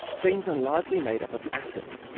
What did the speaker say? things are largely made up of atoms,